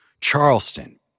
Charleston